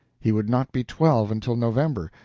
he would not be twelve until november,